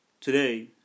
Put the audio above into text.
today